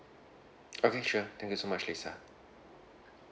okay sure thank you so much lisa